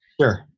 Sure